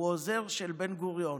העוזר של בן-גוריון.